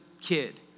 kid